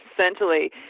Essentially